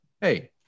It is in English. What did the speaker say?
Hey